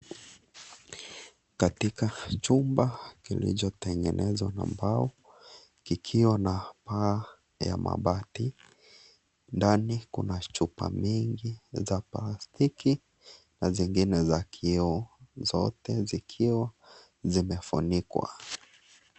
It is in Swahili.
Katika chumba kilichotengenezwa na mbao, kikiwa na paa ya mabati. Ndani kuna chupa mingi za plastiki na zingine za kioo, zote zikiwa zimefunikwa.